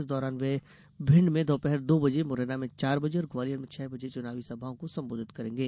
इस दौरान वे भिंड में दोपहर दो बजे मुरैना में चार बजे और ग्वालियर में छह बजे चुनावी सभाओं को संबोधित करेंगे